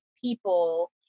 people